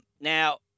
Now